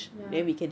ya